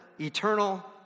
Eternal